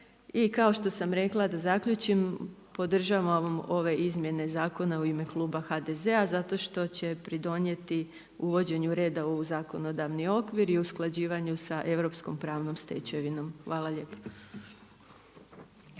I kao što sam rekla, da zaključim, podržavamo ove izmjene zakona u ime kluba HDZ-a zato što će pridonijeti uvođenju reda u zakonodavni okvir i usklađivanju sa europskom pravnom stečevinom. Hvala lijepa.